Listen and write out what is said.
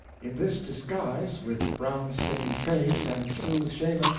in this disguise, with brown-stained face and smooth shaven,